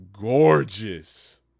gorgeous